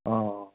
অঁ